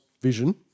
vision